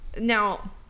Now